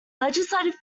legislative